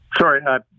Sorry